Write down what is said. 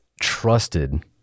trusted